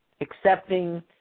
accepting